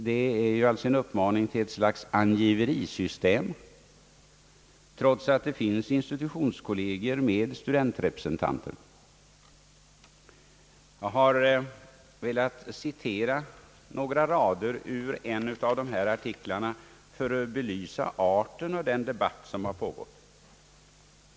Det är alltså en uppmaning till ett slags angiverisystem, trots att det finns institutionskollegier med = studentrepresentanter. Jag har velat citera några rader ur en av dessa artiklar för att belysa arten av den debatt som har pågått.